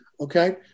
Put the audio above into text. okay